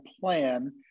plan